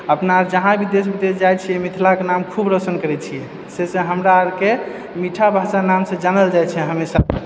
अपना आर जहाँ भी देश विदेश जाइत छियै मिथिलाके नाम खूब रोशन करैत छियै से से हमरा आरके मीठा भाषा नामसँ जानल जाइत छै हमेशा